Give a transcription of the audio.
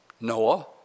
Noah